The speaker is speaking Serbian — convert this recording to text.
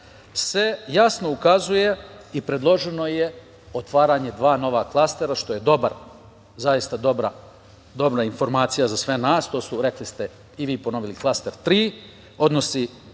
se jasno ukazuje i predloženo je otvaranje dva nova klastera, što je zaista dobra informacija za sve nas. to su, rekli ste i vi ponovili, Klaster 3, odnosi